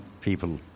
people